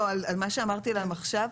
מה שאמרתי להם עכשיו,